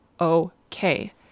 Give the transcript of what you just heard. okay